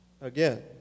again